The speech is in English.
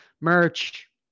Merch